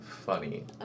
funny